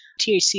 THC